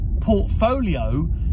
portfolio